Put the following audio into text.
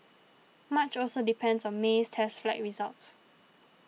much also depends on May's test flight results